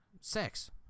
Sex